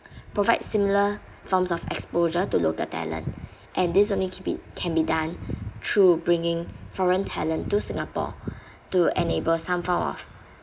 provide similar forms of exposure to local talent and this only keep it can be done through bringing foreign talent to singapore to enable some form of